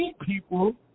people